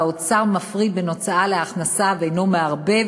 האוצר מפריד בין הוצאה להכנסה ואינו מערבב.